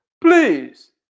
Please